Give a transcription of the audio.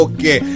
Okay